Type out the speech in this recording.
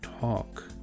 talk